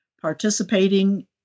participating